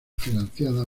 financiada